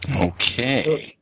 Okay